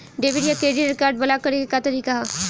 Debit या credit card block करे के का तरीका ह?